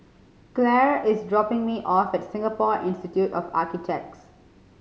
Claire is dropping me off at Singapore Institute of Architects